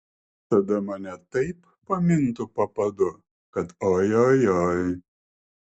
tada mane taip pamintų po padu kad ojojoi